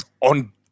on